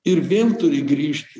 ir vėl turi grįžti